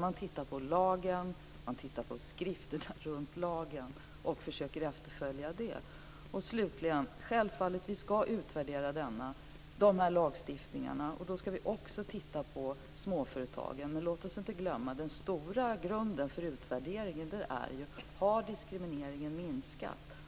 Man titta på lagen. Man tittar på skrifterna runt lagen och försöker efterfölja dem. Slutligen ska vi självfallet utvärdera dessa lagstiftningar, och då ska vi också titta på småföretagen. Låt oss inte glömma att den stora grunden för utvärdering är om diskrimineringen har minskat.